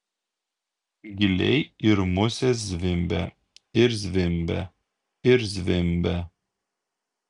gyliai ir musės zvimbia ir zvimbia ir zvimbia